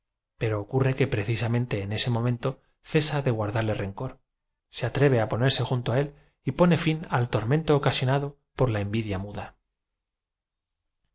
ero ocurre que precisamente en eae momento cesa de guardarle ren cor se a tre ve á presentarse junto á él y pone ñn al tormento ocasionado por la envidia muda